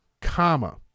comma